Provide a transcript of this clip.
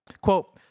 Quote